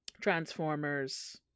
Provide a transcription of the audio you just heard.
Transformers